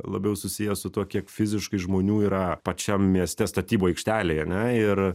labiau susijęs su tuo kiek fiziškai žmonių yra pačiam mieste statybų aikštelėje ane ir